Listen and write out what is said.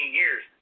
years